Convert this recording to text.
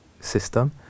system